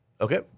Okay